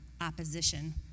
opposition